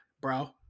bro